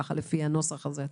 כך לפי הנוסח הזה.